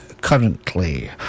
currently